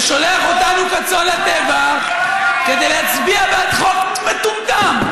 ושולח אותנו כצאן לטבח כדי להצביע בעד חוק מטומטם.